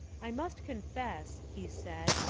i must confess, he said,